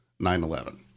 9-11